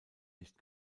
nicht